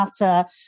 Matter